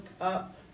up